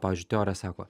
pavyzdžiui teorija sako